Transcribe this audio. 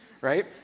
Right